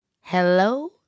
Hello